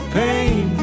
pain